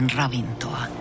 ravintoa